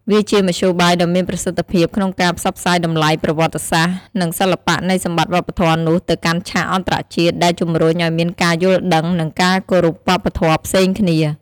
វាជាមធ្យោបាយដ៏មានប្រសិទ្ធភាពក្នុងការផ្សព្វផ្សាយតម្លៃ ប្រវត្តិសាស្ត្រ និងសិល្បៈនៃសម្បត្តិវប្បធម៌នោះទៅកាន់ឆាកអន្តរជាតិ ដែលជំរុញឱ្យមានការយល់ដឹង និងការគោរពវប្បធម៌ផ្សេងគ្នា។